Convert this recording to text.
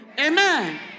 Amen